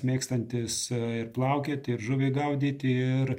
mėgstantis ir plaukioti ir žuvį gaudyti ir